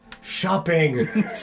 Shopping